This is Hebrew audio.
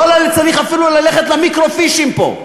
לא צריך אפילו ללכת למיקרופישים פה.